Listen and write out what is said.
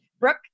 Brooke